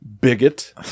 Bigot